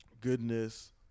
goodness